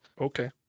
okay